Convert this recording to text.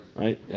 right